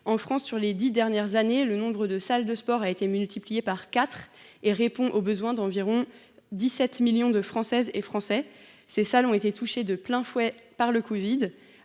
En France, lors des dix dernières années, le nombre de salles de sport a été multiplié par quatre. Ces salles répondent aux besoins d’environ 17 millions de Français ; elles ont été touchées de plein fouet par le covid